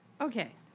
Okay